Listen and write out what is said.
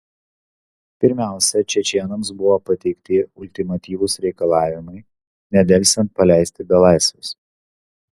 pirmiausia čečėnams buvo pateikti ultimatyvūs reikalavimai nedelsiant paleisti belaisvius